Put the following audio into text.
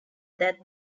that